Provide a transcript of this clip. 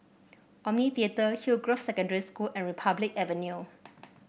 Omni Theatre Hillgrove Secondary School and Republic Avenue